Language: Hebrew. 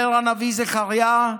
אומר הנביא זכריה: